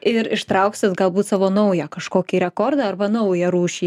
ir ištrauksit galbūt savo naują kažkokį rekordą arba naują rūšį